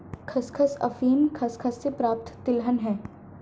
खसखस अफीम खसखस से प्राप्त तिलहन है